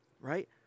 right